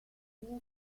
nuova